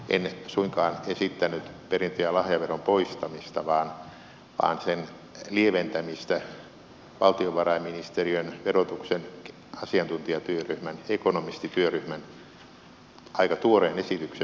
en suinkaan esittänyt perintö ja lahjaveron poistamista vaan sen lieventämistä valtiovarainministeriön verotuksen asiantuntijatyöryhmän ekonomistityöryhmän aika tuoreen esityksen mukaisesti